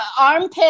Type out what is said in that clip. armpit